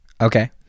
Okay